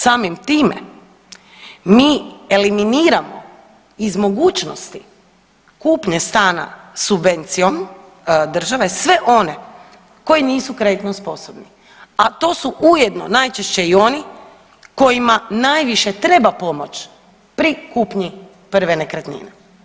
Samim time, mi eliminiramo iz mogućnosti kupnje stana subvencijom države sve one koji nisu kreditno sposobni, a to su ujedno najčešće i oni kojima najviše treba pomoć pri kupnji prve nekretnine.